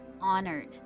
honored